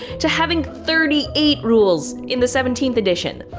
to having thirty eight rules in the seventeenth edition.